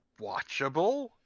watchable